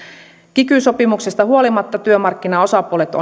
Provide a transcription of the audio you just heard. kiky sopimuksesta huolimatta työmarkkinaosapuolet